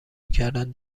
کردن